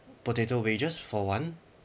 potato wedges for one